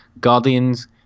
Guardians